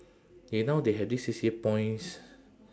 they now they have these C_C_A points